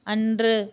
அன்று